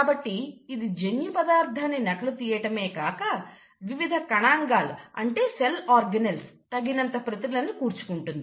కాబట్టి ఇది జన్యు పదార్థాన్ని నకలు తీయటమే కాక వివిధ కణాంగాల తగినంత ప్రతులను కూర్చుంటుంది